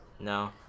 no